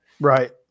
Right